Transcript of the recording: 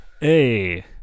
Hey